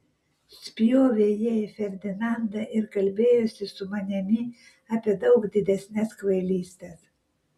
spjovė jie į ferdinandą ir kalbėjosi su manimi apie daug didesnes kvailystes